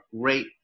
great